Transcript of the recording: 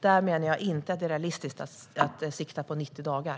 Där är det inte realistiskt att sikta på 90 dagar.